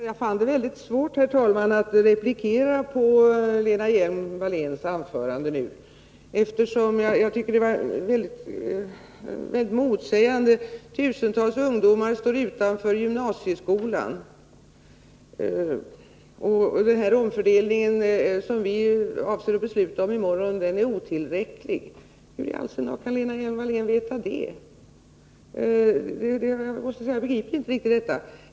Herr talman! Jag finner det mycket svårt att replikera på Lena Hjelm-Walléns senaste anförande, eftersom det var så motsägelsefullt. Hon sade att tusentals ungdomar står utanför gymnasieskolan och att den omfördelning som vi avser att besluta om i morgon är otillräcklig. Hur i all sin dar kan Lena Hjelm-Wallén veta det? Jag begriper inte riktigt det.